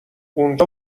اونجا